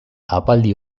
ahapaldi